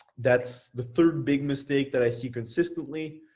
that's the third big mistake that i see consistently.